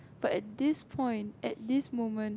but at this point at this moment